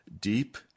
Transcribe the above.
deep